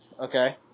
okay